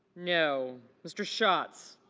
no. mr. shot